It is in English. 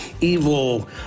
evil